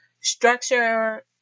structure